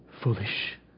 foolish